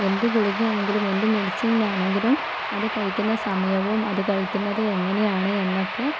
എന്ത് ഗുളികയാണെങ്കിലും എന്ത് മെഡിസിനാണെങ്കിലും അത് കഴിക്കുന്ന സമയവും അത് കഴിക്കുന്നത് എങ്ങനെയാണ് എന്നൊക്കെ